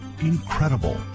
Incredible